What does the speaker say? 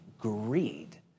greed